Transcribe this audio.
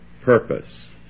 purpose